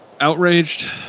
outraged